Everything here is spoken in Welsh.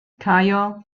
caio